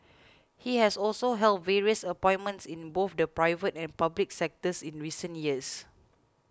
he has also held various appointments in both the private and public sectors in recent years